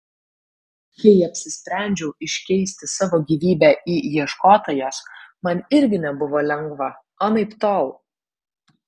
kai apsisprendžiau iškeisti savo gyvybę į ieškotojos man irgi nebuvo lengva anaiptol